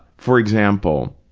for example,